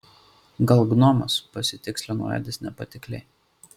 gal gnomas pasitikslino edis nepatikliai